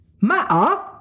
Matter